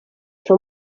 són